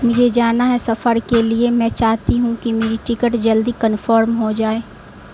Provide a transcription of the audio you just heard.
مجھے جانا ہے سفر کے لیے میں چاہتی ہوں کہ میری ٹکٹ جلدی کنفرم ہو جائے